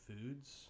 foods